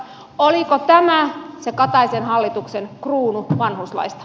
oliko tämä se kataisen hallituksen kruunu vanhuslaista